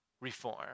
reform